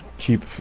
Keep